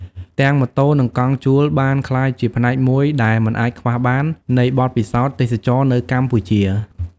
ទាំងម៉ូតូនិងកង់ជួលបានក្លាយជាផ្នែកមួយដែលមិនអាចខ្វះបាននៃបទពិសោធន៍ទេសចរណ៍នៅកម្ពុជា។